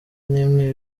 nimwe